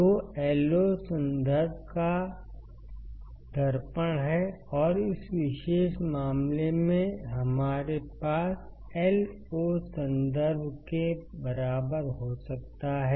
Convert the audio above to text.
तो Io संदर्भ का दर्पण है और इस विशेष मामले में हमारे पास Io संदर्भ के बराबर हो सकता है